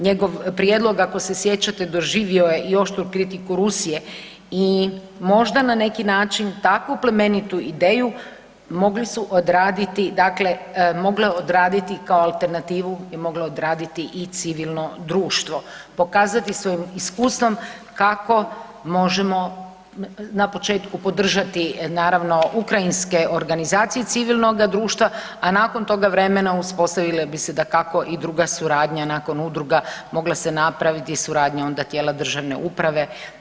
Njegov prijedlog ako se sjećate doživio je i oštru kritiku Rusije i možda na neki način takvu plemenitu ideju mogli su odraditi, dakle moglo je odraditi kao alternativu je moglo odraditi i civilno društvo, pokazati svojim iskustvom kako možemo na početku podržati naravno ukrajinske organizacije civilnoga društva, a nakon toga vremena uspostavile bi se dakako i druga suradnja nakon udruga mogla se napraviti suradnja onda tijela državne uprave.